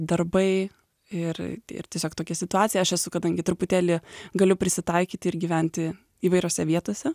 darbai ir ir tiesiog tokia situacija aš esu kadangi truputėlį galiu prisitaikyti ir gyventi įvairiose vietose